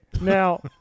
Now